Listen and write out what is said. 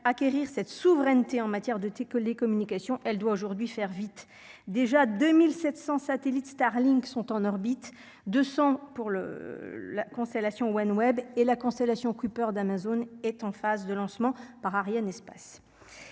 acquérir cette souveraineté en matière de tes que les communications, elle doit aujourd'hui faire vite, déjà 2700 satellites Starlink sont en orbite de pour le la constellation Gwenwed et la consolation Cooper d'Amazon est en phase de lancement par Ariane Espace,